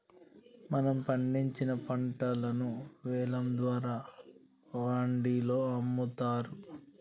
మనం పండించిన పంటను వేలం ద్వారా వాండిలో అమ్ముతారు